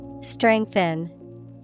Strengthen